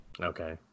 Okay